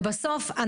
בסוף,